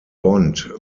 bond